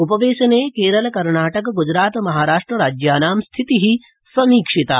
उपवेशने केरल कर्णाटक ग्जरात महाराष्ट्र राज्यायां स्थिति समीक्षिता